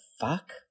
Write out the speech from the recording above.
fuck